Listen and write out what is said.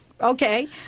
Okay